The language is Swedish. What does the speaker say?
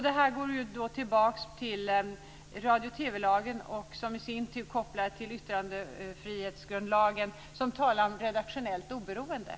Det här går tillbaka till radio och TV-lagen som i sin tur är kopplad till yttrandefrihetsgrundlagen, som talar om redaktionellt oberoende.